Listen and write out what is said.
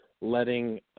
letting